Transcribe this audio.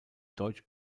deutsch